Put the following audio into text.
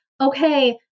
okay